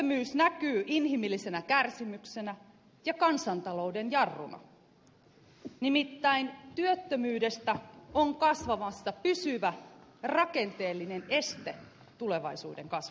työttömyys näkyy inhimillisenä kärsimyksenä ja kansantalouden jarruna nimittäin työttömyydestä on kasvamassa pysyvä rakenteellinen este tulevaisuuden kasvulle